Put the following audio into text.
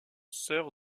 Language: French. sœur